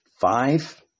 five